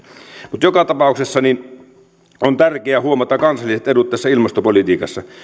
mutta joka tapauksessa on tärkeää huomata kansalliset edut tässä ilmastopolitiikassa